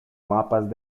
mapas